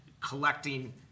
collecting